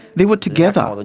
they were together,